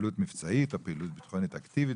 מפעילות מבצעית או פעילות ביטחונית אקטיבית